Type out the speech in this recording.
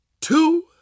Two